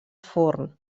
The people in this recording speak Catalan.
forn